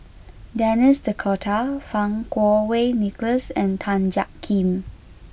Denis D'Cotta Fang Kuo Wei Nicholas and Tan Jiak Kim